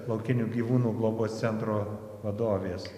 laukinių gyvūnų globos centro vadovės